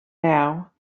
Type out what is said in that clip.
now